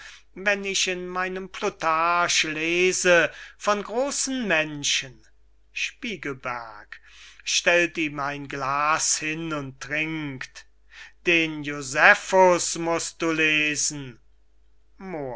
wenn ich in meinem plutarch lese von großen menschen spiegelberg stellt ihm ein glas hin und trinkt den josephus mußt du lesen